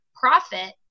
Profit